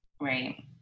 Right